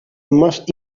más